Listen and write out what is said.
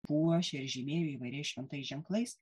puošė ir žymėjo įvairiais šventais ženklais